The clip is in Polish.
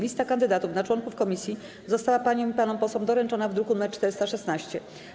Lista kandydatów na członków komisji została paniom i panom posłom doręczona w druku nr 416.